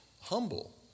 humble